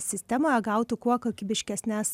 sistemoje gautų kuo kokybiškesnes